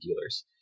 dealers